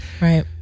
Right